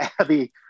Abby